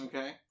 Okay